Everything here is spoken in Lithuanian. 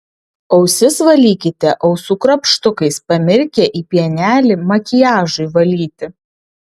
ausis valykite ausų krapštukais pamirkę į pienelį makiažui valyti